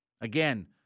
Again